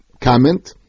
comment